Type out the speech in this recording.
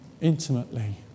intimately